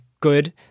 good